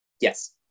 yes